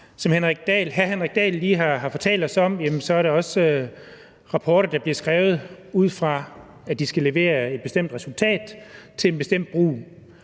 hr. Henrik Dahl lige har fortalt os om, så er der også rapporter, der bliver skrevet ud fra, at de skal levere et bestemt resultat til en bestemt brug.